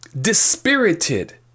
dispirited